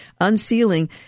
unsealing